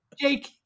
Jake